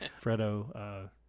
Fredo